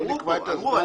אמרו פה.